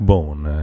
Bone